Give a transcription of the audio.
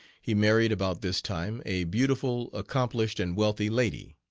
he married about this time a beautiful, accomplished, and wealthy lady.